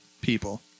people